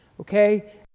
Okay